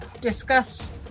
discuss